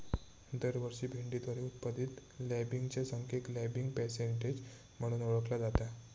दरवर्षी भेंडीद्वारे उत्पादित लँबिंगच्या संख्येक लँबिंग पर्सेंटेज म्हणून ओळखला जाता